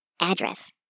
address